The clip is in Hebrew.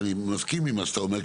ואני מסכים עם מה שאתה אומר,